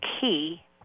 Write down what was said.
key